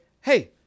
hey